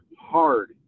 hard